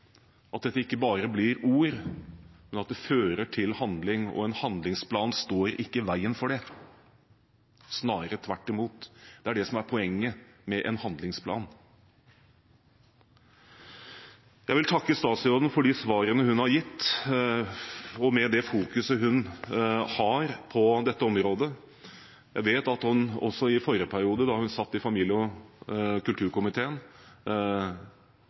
at dette ikke bare blir ord, men at det fører til handling. En handlingsplan står ikke i veien for det, snarere tvert imot. Det er det som er poenget med en handlingsplan. Jeg vil takke statsråden for de svarene hun har gitt og for det fokuset hun har på dette området. Jeg vet at hun også i forrige periode – da hun satt i familie- og kulturkomiteen